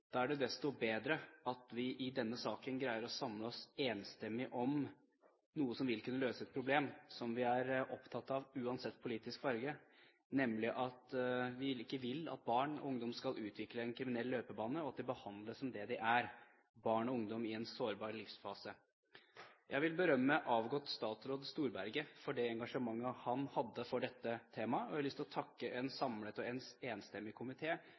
Da er det desto bedre at vi i denne saken greier å samle oss enstemmig om noe som vil kunne løse et problem vi er opptatt av, uansett politisk farge, nemlig at ikke barn og ungdom skal utvikle en kriminell løpebane, men at de behandles som det de er – barn og ungdom i en sårbar livsfase. Jeg vil berømme avgått statsråd Storberget for det engasjementet han hadde for dette temaet, og jeg har lyst til å takke en samlet og enstemmig